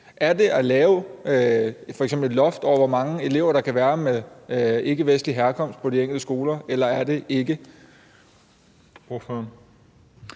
f.eks. at lave et loft over, hvor mange elever af ikkevestlig herkomst der kan være på de enkelte skoler, eller er det ikke?